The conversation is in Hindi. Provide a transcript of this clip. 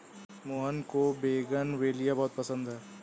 मोहन को बोगनवेलिया बहुत पसंद है